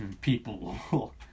people